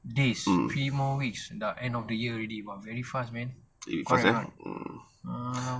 days three more weeks dah end of the year already !wah! very fast man correct or not ah